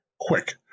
quick